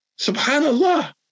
SubhanAllah